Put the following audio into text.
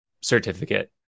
certificate